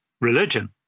religion